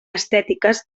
estètiques